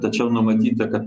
tačiau numatyta kad